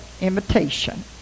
imitation